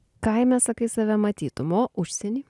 kaime sakai save matytum o užsieny